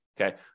Okay